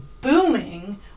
booming